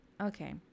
Okay